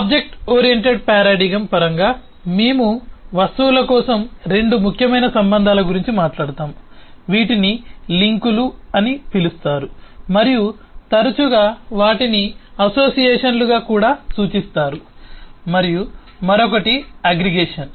object oriented paradigm పరంగా మేము వస్తువుల కోసం రెండు ముఖ్యమైన సంబంధాల గురించి మాట్లాడుతాము వీటిని లింకులు అని పిలుస్తారు మరియు తరచుగా వాటిని అసోసియేషన్లుగా కూడా సూచిస్తారు మరియు మరొకటి అగ్రిగేషన్